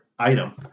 item